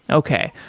okay.